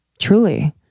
truly